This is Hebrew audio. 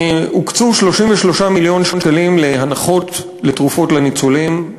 הוקצו 33 מיליון שקלים להנחות על תרופות לניצולים,